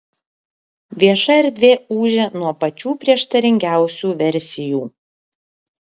vieša erdvė ūžia nuo pačių prieštaringiausių versijų